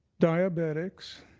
diabetics,